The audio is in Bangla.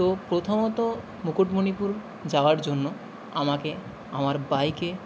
তো প্রথমত মুকুটমণিপুর যাওয়ার জন্য আমাকে আমার বাইকে